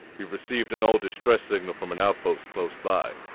we've received an old distress signal from an outpost close by.